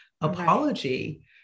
apology